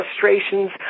frustrations